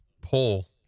pull